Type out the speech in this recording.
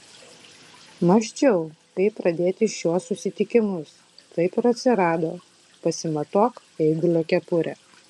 mąsčiau kaip pradėti šiuos susitikimus taip ir atsirado pasimatuok eigulio kepurę